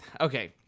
Okay